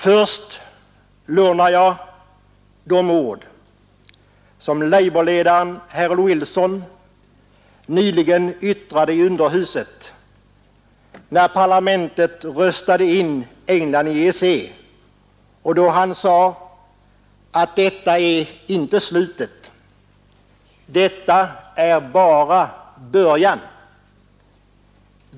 Först lånar jag de ord som labourledaren Harold Wilson nyligen yttrade i underhuset, när parlamentet röstade in England i EEC. Då sade han att detta är inte slutet, det är bara början.